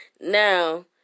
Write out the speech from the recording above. Now